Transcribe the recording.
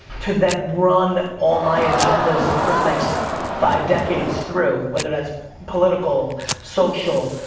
to then run all my agendas for the next five decades through, whether that's political, social,